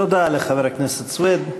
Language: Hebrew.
תודה לחבר הכנסת סוייד.